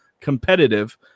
competitive